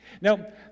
Now